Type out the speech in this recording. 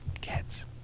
cats